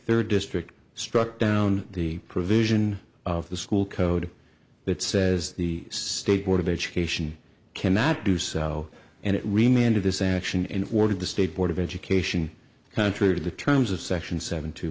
third district struck down the provision of the school code that says the state board of education cannot do so and it remained of this action in order to the state board of education contrary to the terms of section seven to